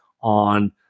on